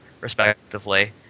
respectively